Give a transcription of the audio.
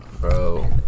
bro